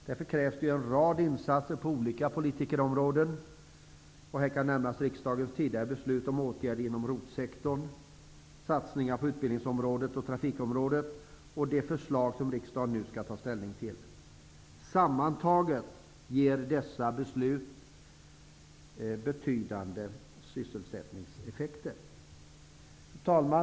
Därför krävs det en rad insatser på olika politikområden. Här kan nämnas riksdagens tidigare beslut om åtgärder inom ROT-sektorn, satsningar på utbildningsområdet och trafikområdet samt de förslag som riksdagen nu skall ta ställning till. Sammantaget ger dessa betydande sysselsättningseffekter. Fru talman!